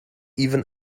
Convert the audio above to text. even